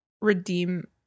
redeem